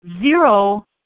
Zero